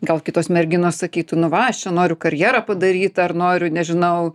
gal kitos merginos sakytų nu va aš čia noriu karjerą padaryt ar noriu nežinau